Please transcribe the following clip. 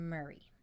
Murray